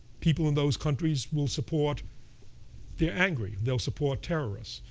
people in those countries will support they're angry. they'll support terrorists.